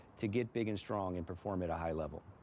to get big and strong and perform at a high level.